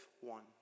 one